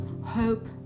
hope